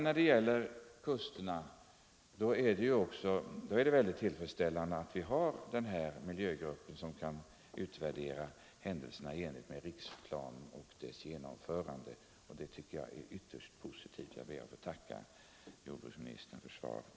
När det gäller kusterna är det tillfredsställande att vi har den här särskilda miljögruppen, som kan utvärdera planeringsarbetet med hänsyn till riksplanen och dess genomförande. Det tycker jag är ytterst positivt. Jag ber att få tacka jordbruksministern för svaret.